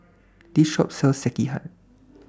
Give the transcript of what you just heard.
This Shop sells Sekihan